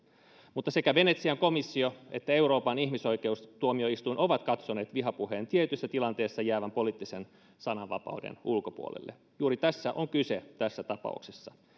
mutta sekä venetsian komissio että euroopan ihmisoikeustuomioistuin ovat katsoneet vihapuheen tietyissä tilanteissa jäävän poliittisen sananvapauden ulkopuolelle juuri tästä on kyse tässä tapauksessa